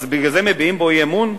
אז בגלל זה מביעים בו אי-אמון?